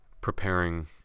preparing